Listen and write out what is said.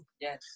Yes